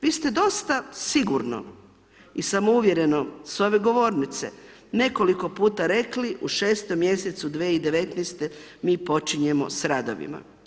Vi ste dosta sigurno i samouvjereno s ove govornice nekoliko puta rekli u šestom mjesecu 2019. mi počinjemo s radovima.